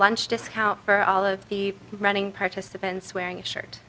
lunch discount for all of the running participants wearing short